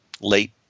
late